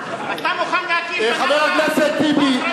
חבר הכנסת טיבי,